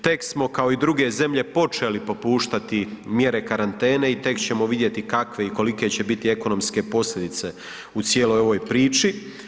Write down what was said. Tek smo kao i druge zemlje počeli popuštati mjere karantene i tek ćemo vidjeti kakve i kolike će biti ekonomske posljedice u cijeloj ovoj priči.